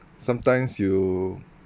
sometimes you